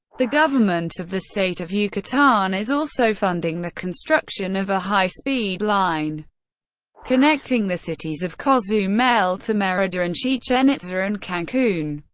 the government of the state of yucatan is also funding the construction of a high speed line connecting the cities of cozumel to merida and chichen itza and cancun.